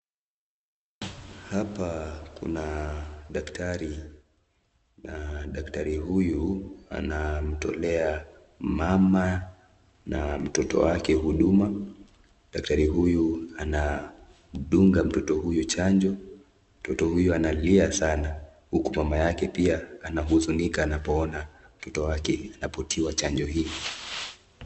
Hapa kuna daktari na daktari huyu anamtolea mama na mtoto wake huduma. Daktari huyu anamdunga mtoto huyu chanjo. Mtoto huyu analia sana huku mama yake pia anahuzunika anapoona mtoto wake anapotiwa chanjo hii.